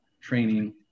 training